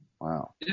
Wow